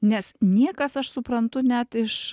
nes niekas aš suprantu net iš